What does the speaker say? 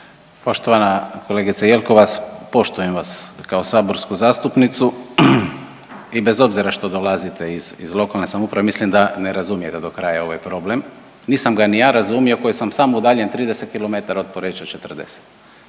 Poštovana kolegice Jelkovac, poštujem vas kao saborsku zastupnicu i bez obzira što dolazite iz lokalne samouprave mislim da ne razumijete do kraja ovaj problem. Nisam ga ni ja razumio koji samo udaljen 30 km od Poreča, 40,